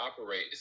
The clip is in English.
operate